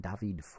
David